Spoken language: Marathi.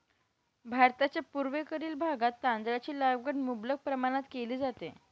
भारताच्या पूर्वेकडील भागात तांदळाची लागवड मुबलक प्रमाणात केली जाते